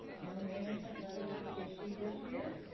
no management letter will be issued this year.